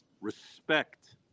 respect